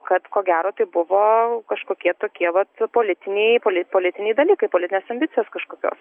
kad ko gero tai buvo kažkokie tokie vat politiniai poli politiniai dalykai politinės ambicijos kažkokios